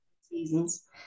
seasons